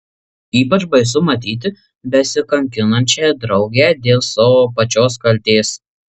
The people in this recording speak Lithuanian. ypač baisu matyti besikankinančią draugę dėl savo pačios kaltės